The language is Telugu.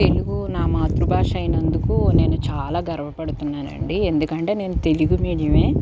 తెలుగు నా మాతృభాష అయినందుకు నేను చాలా గర్వపడుతున్నాను అండి ఎందుకంటే నేను తెలుగు మీడియామే